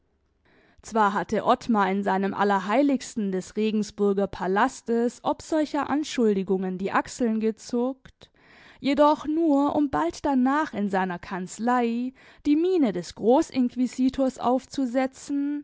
zwar hatte ottmar in seinem allerheiligsten des regensburger palastes ob solcher anschuldigungen die achseln gezuckt jedoch nur um bald danach in seiner kanzlei die miene des großinquisitors aufzusetzen